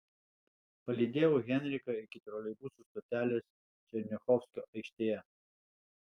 palydėjau henriką iki troleibusų stotelės černiachovskio aikštėje